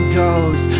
goes